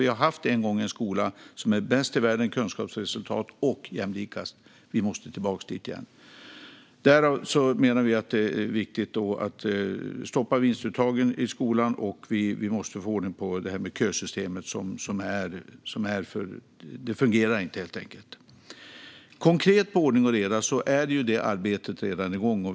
Vi har en gång haft en skola som var bäst i världen sett till kunskapsresultat och jämlikast. Vi måste tillbaka dit. Därav menar vi att det är viktigt att stoppa vinstuttagen i skolan och att vi måste få ordning på kösystemet, som helt enkelt inte fungerar. Konkret när det gäller ordning och reda är det arbetet redan igång.